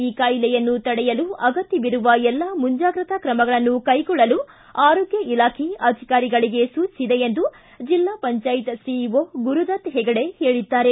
ಈ ಕಾಯಿಲೆಯನ್ನು ತಡೆಯಲು ಅಗತ್ಯವಿರುವ ಎಲ್ಲಾ ಮುಂಜಾಗ್ರತಾ ಕ್ರಮಗಳನ್ನು ಕೈಗೊಳ್ಳಲು ಆರೋಗ್ಯ ಇಲಾಖೆ ಅಧಿಕಾರಿಗಳಿಗೆ ಸೂಚಿಸಿದೆ ಎಂದು ಜಿಲ್ಲಾ ಪಂಚಾಯತ್ ಸಿಇಒ ಗುರುದತ್ ಹೆಗಡೆ ತಿಳಿಸಿದ್ದಾರೆ